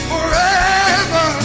Forever